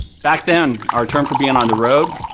back then, our term for being on the road,